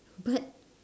but